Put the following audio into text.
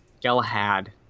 Galahad